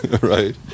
right